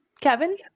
Kevin